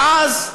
ואז,